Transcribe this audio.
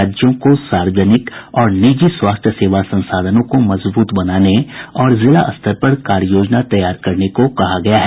राज्यों को सार्वजनिक और निजी स्वास्थ्य सेवा संसाधनों को मजबूत बनाने और जिला स्तर पर कार्ययोजना तैयार करने को कहा गया है